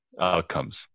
outcomes